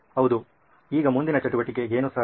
ಹೌದು ಈಗ ಮುಂದಿನ ಚಟುವಟಿಕೆ ಏನು ಸರ್